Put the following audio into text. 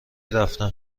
رفتتم